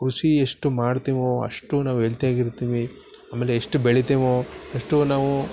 ಕೃಷಿ ಎಷ್ಟು ಮಾಡ್ತೀವೋ ಅಷ್ಟು ನಾವು ಹೆಲ್ತಿಯಾಗಿ ಇರ್ತೀವಿ ಆಮೇಲೆ ಎಷ್ಟು ಬೆಳಿತೀವೋ ಅಷ್ಟು ನಾವು